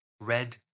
red